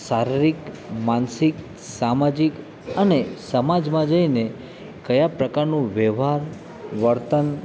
શારીરિક માનસિક સામાજિક અને સમાજમાં જઈને કયા પ્રકારનો વ્યવહાર વર્તન